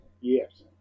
Yes